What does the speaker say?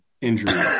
injury